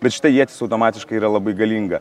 bet šita ietis automatiškai yra labai galinga